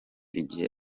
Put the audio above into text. igihe